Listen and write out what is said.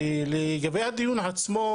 ולגבי הדיון עצמו,